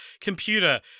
Computer